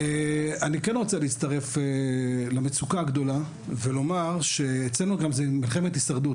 אני כן רוצה להצטרף למצוקה הגדולה ולומר שאצלנו גם זה מלחמת הישרדות,